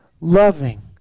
loving